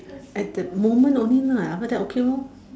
at the moment only lah after that okay lor